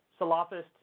Salafist